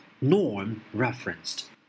norm-referenced